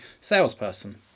salesperson